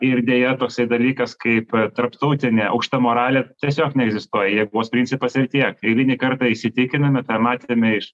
ir deja toksai dalykas kaip tarptautinė aukšta moralė tiesiog neegzistuoja jėgos principas ir tiek eilinį kartą įsitikiname ką ir matėme iš